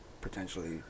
potentially